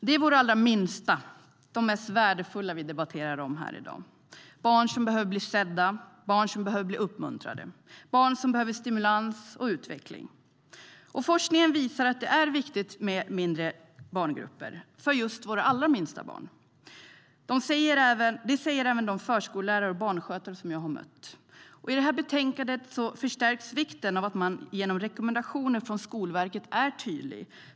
Det är våra allra minsta, de mest värdefulla, vi debatterar här i dag - barn som behöver bli sedda, barn som behöver bli uppmuntrade, barn som behöver stimulans och utveckling. Forskningen visar att det är viktigt med mindre barngrupper för just våra allra minsta barn. Det säger även de förskollärare och barnskötare som jag har mött. I betänkandet förstärks vikten av att man genom rekommendationer från Skolverket är tydlig.